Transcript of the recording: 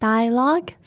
Dialogue